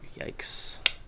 Yikes